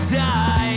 die